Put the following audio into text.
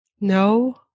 No